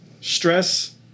stress